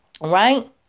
Right